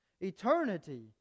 Eternity